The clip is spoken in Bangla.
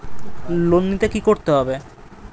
লোন নিতে কী করতে হবে?